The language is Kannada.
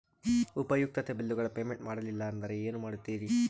ಉಪಯುಕ್ತತೆ ಬಿಲ್ಲುಗಳ ಪೇಮೆಂಟ್ ಮಾಡಲಿಲ್ಲ ಅಂದರೆ ಏನು ಮಾಡುತ್ತೇರಿ?